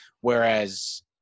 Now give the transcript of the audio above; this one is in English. Whereas